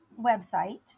website